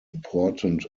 important